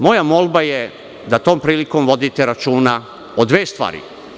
Moja molba je da tom prilikom vodite računa o dve stvari.